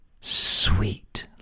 sweet